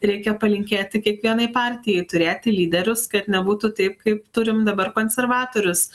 reikia palinkėti kiekvienai partijai turėti lyderius kad nebūtų taip kaip turim dabar konservatorius